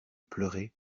pleurer